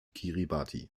kiribati